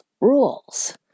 rules